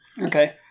Okay